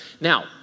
Now